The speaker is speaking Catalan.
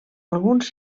alguns